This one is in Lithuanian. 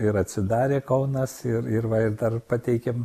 ir atsidarė kaunas ir ir va ir dar pateikiam